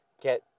get